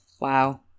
Wow